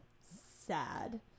Sad